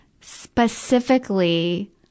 specifically